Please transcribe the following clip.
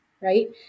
right